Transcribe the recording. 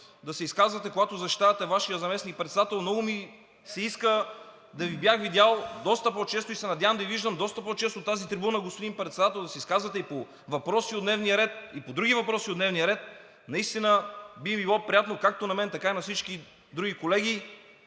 да се изказвате, когато защитавате Вашия заместник-председател. Много ми се иска да Ви бях виждал доста по-често и се надявам да Ви виждам доста по-често от тази трибуна, господин Председател, да се изказвате и по въпроси от дневния ред, и по други въпроси от дневния ред. Наистина би било приятно както на мен, така и на всички други колеги.